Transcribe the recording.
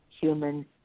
human